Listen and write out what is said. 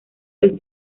los